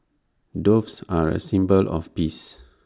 doves are A symbol of peace